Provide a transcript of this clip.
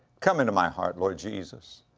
come into my heart, lord jesus.